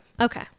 okay